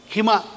Hima